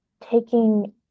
taking